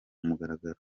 mugaragaro